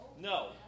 No